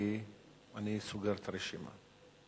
כי אני סוגר את הרשימה.